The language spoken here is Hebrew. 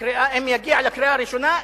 אם זה יגיע לקריאה ראשונה,